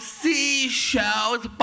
seashells